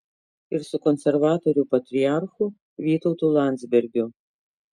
ir su konservatorių patriarchu vytautu landsbergiu